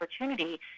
opportunity